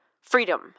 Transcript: freedom